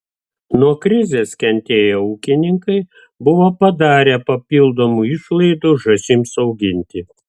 nuo krizės kentėję ūkininkai buvo padarę papildomų išlaidų žąsims auginti